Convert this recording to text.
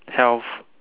health